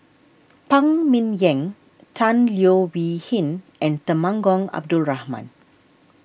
Phan Ming Yen Tan Leo Wee Hin and Temenggong Abdul Rahman